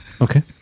okay